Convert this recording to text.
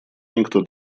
никто